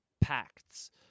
pacts